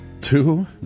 two